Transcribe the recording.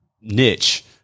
niche